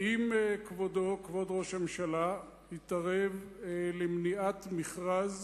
האם כבודו, כבוד ראש הממשלה, התערב למניעת מכרז